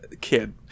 Kid